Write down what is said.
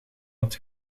dat